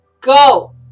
go